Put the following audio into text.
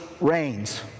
reigns